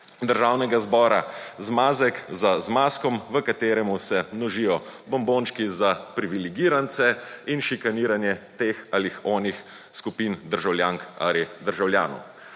Državnega zbora zmazek za zmazkom v kateremu se množijo bombončki za privilegirance in šikaniranje teh ali onih skupin državljank ali državljanov.